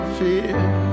fear